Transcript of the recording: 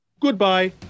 Goodbye